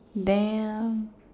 damn